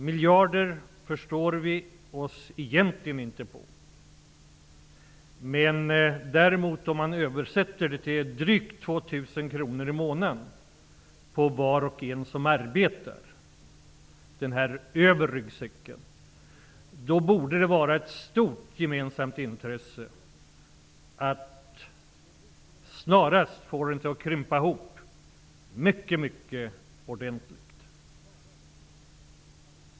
Egentligen förstår vi oss inte på dessa miljarder. Men däremot går det att förstå om vi översätter siffrorna till drygt 2 000 kr per månad på var och en som arbetar. Det borde då vara av ett stort gemensamt intresse att snarast få det hela att krympa ihop ordentligt.